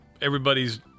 everybody's